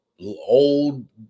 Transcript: old